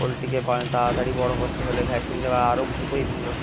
পোলট্রিকে তাড়াতাড়ি বড়ো করতে হলে ভ্যাকসিন দেওয়া আরও খুবই ভালো